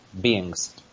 beings